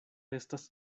estas